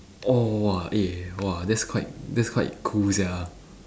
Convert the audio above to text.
orh !wah! eh !wah! that's quite that's quite cool sia